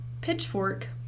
Pitchfork